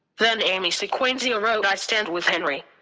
then amy sequenzia wrote i stand with henry.